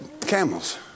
camels